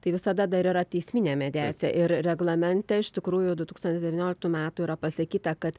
tai visada dar yra teisminė mediacija ir reglamente iš tikrųjų du tūkstantis devynioliktų metų yra pasakyta kad